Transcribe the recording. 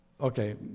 okay